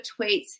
tweets